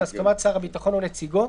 בהסכמת שר הביטחון או נציגו,